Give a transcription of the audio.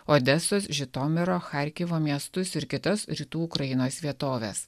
odesos žitomiro charkivo miestus ir kitas rytų ukrainos vietoves